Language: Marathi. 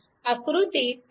आकृती 3